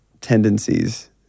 tendencies